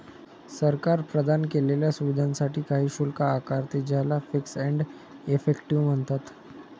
सरकार प्रदान केलेल्या सुविधांसाठी काही शुल्क आकारते, ज्याला फीस एंड इफेक्टिव म्हणतात